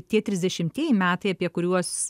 tie trisdešimtieji metai apie kuriuos